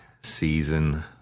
Season